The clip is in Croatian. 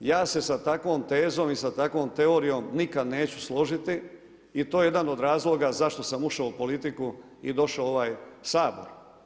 Ja se sa takvom tezom i sa takvom teorijom nikad neću složiti i to je jedan od razloga zašto sam ušao u politiku i došao u ovaj Sabor.